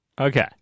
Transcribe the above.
Okay